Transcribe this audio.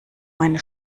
meine